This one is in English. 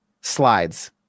Slides